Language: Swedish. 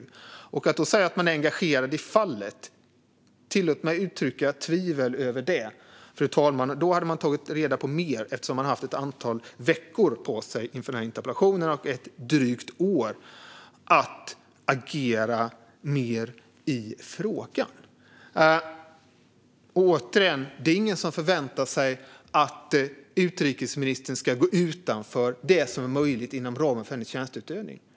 Utrikesministern säger att man är engagerad i fallet - tillåt mig att uttrycka tvivel över detta, fru talman. Då hade man tagit reda på mer, eftersom man har haft ett antal veckor på sig inför denna interpellation och ett drygt år att agera mer i frågan. Återigen: Det är ingen som förväntar sig att utrikesministern ska gå utanför det som är möjligt inom ramen för hennes tjänsteutövning.